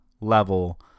level